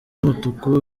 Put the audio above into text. y’umutuku